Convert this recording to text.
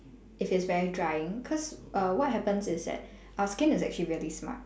if it's very drying cause err what happens is that our skin is actually really smart